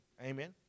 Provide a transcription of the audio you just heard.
amen